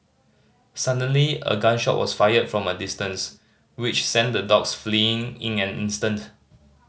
suddenly a gun shot was fired from a distance which sent the dogs fleeing in an instant